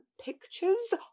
pictures